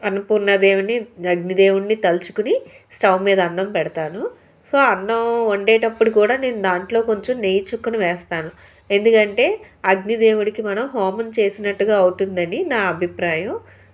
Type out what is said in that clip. అనుకున్న దేవిని అగ్నిదేవుణ్ణి తలుచుకుని స్టవ్ మీద అన్నం పెడతాను సో అన్నం వండేటప్పుడు కూడా నేను దాంట్లో కొంచెం నెయ్యి చుక్కను వేస్తాను ఎందుకంటే అగ్నిదేవుడికి మనం హోమం చేసినట్టుగా అవుతుందని నా అభిప్రాయం